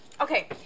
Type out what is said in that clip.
Okay